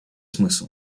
смысл